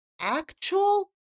actual